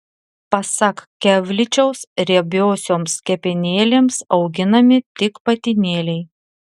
pasak kevličiaus riebiosioms kepenėlėms auginami tik patinėliai